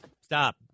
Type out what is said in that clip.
Stop